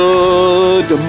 Good